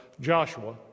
Joshua